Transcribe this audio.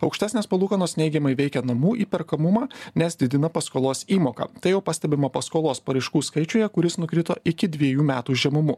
aukštesnės palūkanos neigiamai veikia namų įperkamumą nes didina paskolos įmoką tai jau pastebima paskolos paraiškų skaičiuje kuris nukrito iki dvejų metų žemumų